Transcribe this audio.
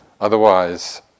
Otherwise